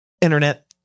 internet